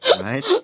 Right